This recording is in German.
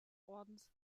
ordens